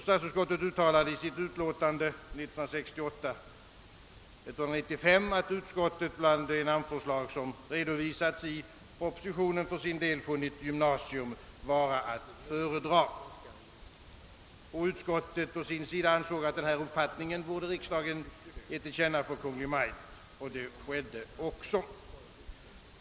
Statsutskottet uttalade i sitt utlåtande nr 195 år 1968, att utskottet bland de namnförslag som redovisats i propositionen för sin del funnit >gymnasium> vara att föredra. Utskottet ansåg att riksdagen borde ge denna uppfattning till känna för Kungl. Maj:t, och så skedde också.